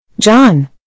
John